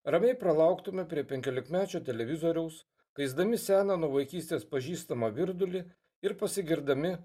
ramiai pralauktume prie penkiolikmečio televizoriaus keisdami seną nuo vaikystės pažįstamą virdulį ir pasigirdami